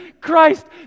Christ